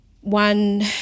one